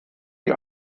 die